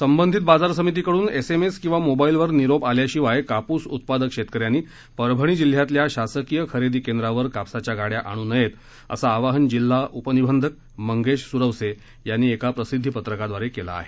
संबंधीत बाजार समितीकडून एसएमएस किंवा मोबाईलवर निरोप आल्याशिवाय कापूस उत्पादक शेतक यांनी परभणी जिल्ह्यातल्या शासकीय खरेदी केंद्रावर कापसाच्या गाड्या आणू नयेत असं आवाहन जिल्हा उपनिबंधक मंगेश सुरवसे यांनी एका प्रसिध्दीपत्रकाद्वारे केलं आहे